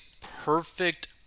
perfect